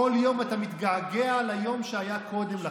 בכל יום אתה מתגעגע ליום שהיה קודם לכן.